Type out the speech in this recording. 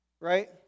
Right